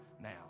now